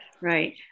Right